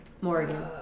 Morgan